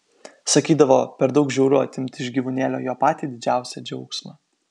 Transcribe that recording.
sakydavo per daug žiauru atimti iš gyvūnėlio jo patį didžiausią džiaugsmą